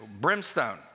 brimstone